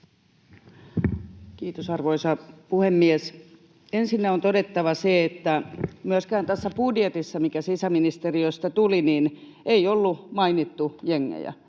Kiitos, arvoisa puhemies! Ensinnä on todettava se, että myöskään tässä budjetissa, mikä sisäministeriöstä tuli, ei ollut mainittu jengejä.